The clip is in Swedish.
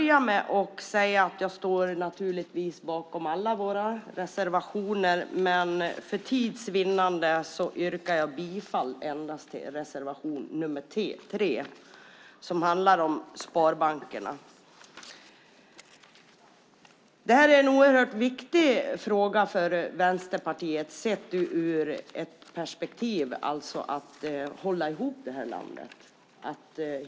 Jag står naturligtvis bakom alla våra reservationer, men för tids vinnande yrkar jag bifall endast till reservation nr 3 som handlar om sparbankerna. Det är en oerhört viktig fråga för Vänsterpartiet sett ur perspektivet att hålla ihop det här landet.